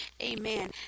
amen